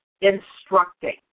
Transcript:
instructing